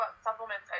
supplements